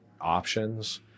options